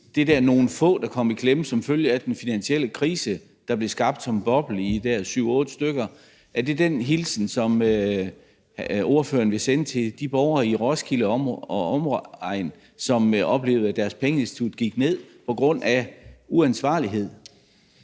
der var nogle få, der kom i klemme som følge af den finansielle krise, der blev skabt som en boble i de der 2007-2008-stykker, virkelig den hilsen, som ordføreren vil sende til de borgere i Roskilde og omegn, som oplevede, at deres pengeinstitut gik ned på grund af uansvarlighed?